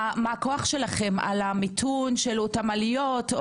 מה הכוח שלכם על המיתון של אותן עליות?